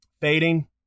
Fading